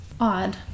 odd